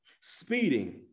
Speeding